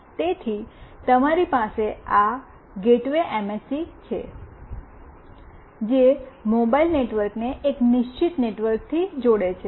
તેથી તમારી પાસે આ ગેટવે એમએસસી છે જે મોબાઇલ નેટવર્કને એક નિશ્ચિત નેટવર્કથી જોડે છે